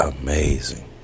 amazing